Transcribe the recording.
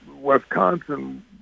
Wisconsin